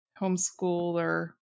homeschooler